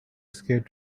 scared